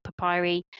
Papyri